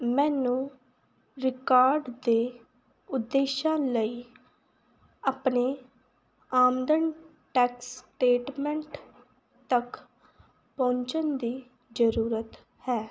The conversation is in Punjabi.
ਮੈਨੂੰ ਰਿਕਾਰਡ ਦੇ ਉਦੇਸ਼ਾਂ ਲਈ ਆਪਣੇ ਆਮਦਨ ਟੈਕਸ ਸਟੇਟਮੈਂਟ ਤੱਕ ਪਹੁੰਚਣ ਦੀ ਜ਼ਰੂਰਤ ਹੈ